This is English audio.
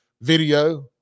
video